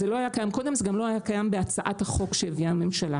זה לא היה קיים קודם וזה גם לא היה קיים בהצעת החוק שהביאה הממשלה.